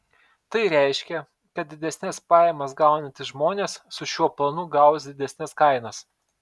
tai reiškia kad didesnes pajamas gaunantys žmonės su šiuo planu gaus didesnes kainas